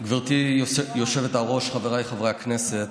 גברתי היושבת-ראש, חבריי חברי הכנסת,